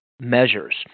measures